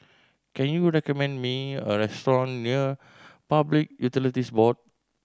can you recommend me a restaurant near Public Utilities Board